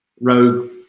rogue